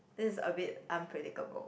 this is a bit unpredictable